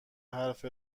حرف